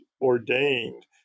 ordained